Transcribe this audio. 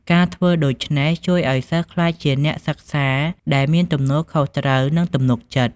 ការធ្វើដូច្នេះជួយឲ្យសិស្សក្លាយជាអ្នកសិក្សាដែលមានទំនួលខុសត្រូវ និងទំនុកចិត្ត។